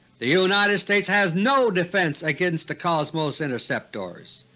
the united states has no defense against the cosmos interceptors,